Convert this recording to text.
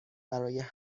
برای